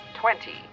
twenty